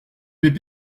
hip